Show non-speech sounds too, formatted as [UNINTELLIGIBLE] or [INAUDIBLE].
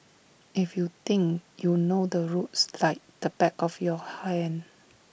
if you think you know the roads like the back of your [UNINTELLIGIBLE]